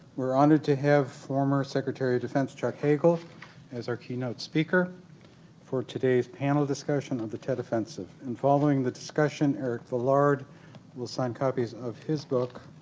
we're honored to have former secretary of defense chuck hagel as our keynote speaker for today's panel discussion of the tet offensive and following the discussion eric villard will sign copies of his book